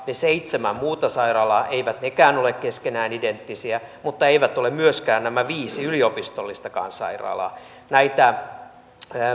ne seitsemän muuta sairaalaa eivät nekään ole keskenään identtisiä mutta eivät ole myöskään nämä viisi yliopistollistakaan sairaalaa näitä